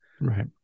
Right